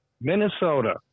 Minnesota